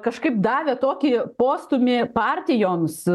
kažkaip davė tokį postūmį partijoms